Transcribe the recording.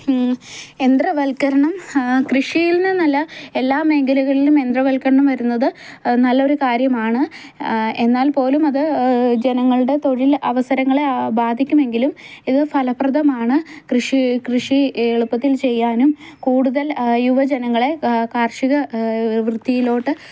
യന്ത്രവൽക്കരണം കൃഷിയിൽ നിന്നല്ല എല്ലാ മേഖലകളിലും യന്ത്രവൽക്കരണം വരുന്നത് നല്ലൊരു കാര്യമാണ് എന്നാൽ പോലുമത് ജനങ്ങളുടെ തൊഴിൽ അവസരങ്ങളെ ബാധിക്കുമെങ്കിലും ഇത് ഫലപ്രദമാണ് കൃഷി കൃഷി എളുപ്പത്തിൽ ചെയ്യാനും കൂടുതൽ യുവജനങ്ങളെ കാർഷിക വൃത്തിയിലോട്ട്